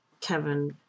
Kevin